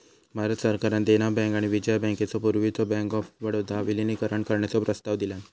भारत सरकारान देना बँक आणि विजया बँकेचो पूर्वीच्यो बँक ऑफ बडोदात विलीनीकरण करण्याचो प्रस्ताव दिलान